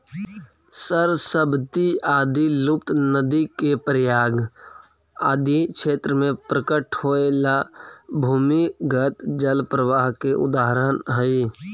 सरस्वती आदि लुप्त नदि के प्रयाग आदि क्षेत्र में प्रकट होएला भूमिगत जल प्रवाह के उदाहरण हई